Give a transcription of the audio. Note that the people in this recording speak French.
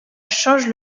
change